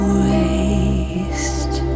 waste